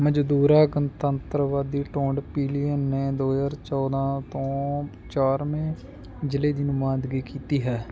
ਮੌਜੂਦਾ ਗਣਤੰਤਰਵਾਦੀ ਟੌਡ ਪਿਲੀਅਨ ਨੇ ਦੋ ਹਜ਼ਾਰ ਚੌਦ੍ਹਾਂ ਤੋਂ ਚਾਰਵੇਂ ਜ਼ਿਲ੍ਹੇ ਦੀ ਨੁਮਾਇੰਦਗੀ ਕੀਤੀ ਹੈ